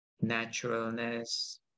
naturalness